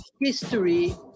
history